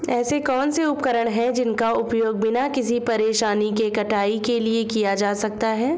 ऐसे कौनसे उपकरण हैं जिनका उपयोग बिना किसी परेशानी के कटाई के लिए किया जा सकता है?